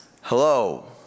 hello